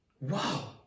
Wow